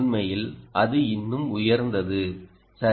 உண்மையில் அது இன்னும் உயர்ந்தது சரி